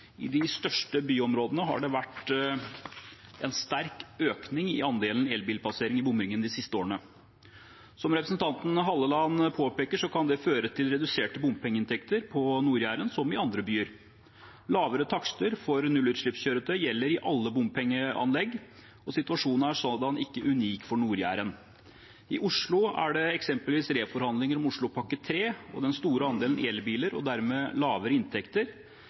I de største byområdene har det vært en sterk økning i andelen elbilpasseringer i bomringen de siste årene. Som representanten Halleland påpeker, kan det føre til reduserte bompengeinntekter, på Nord-Jæren som i andre byområder. Lavere takster for nullutslippskjøretøy gjelder i alle bompengeanlegg, og situasjonen er som sådan ikke unik for Nord-Jæren. I Oslo er det eksempelvis reforhandlinger om Oslopakke 3, og den store andelen elbiler og dermed lavere inntekter